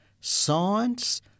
science